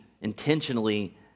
intentionally